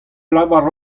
lavar